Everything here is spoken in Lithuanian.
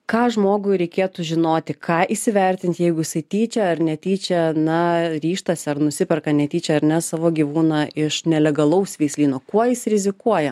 ką žmogui reikėtų žinoti ką įsivertinti jeigu jisai tyčia ar netyčia na ryžtasi ar nusiperka netyčia ar ne savo gyvūną iš nelegalaus veislyno kuo jis rizikuoja